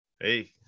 Hey